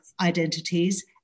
identities